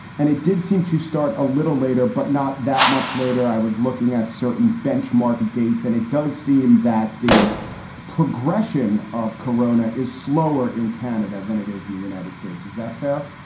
and it did seem to start a little later, but not that much later. i was looking at certain benchmark dates. and it does seem that the progression of corona is slower in canada than it is in the united states. is that fair?